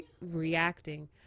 reacting